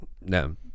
No